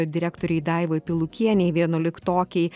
direktorei daivai pilukienei vienuoliktokei